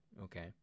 okay